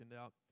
out